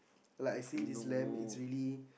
like I see this lamb it's really